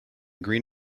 green